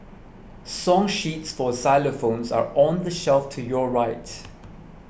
song sheets for xylophones are on the shelf to your right